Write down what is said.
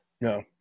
No